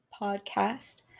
podcast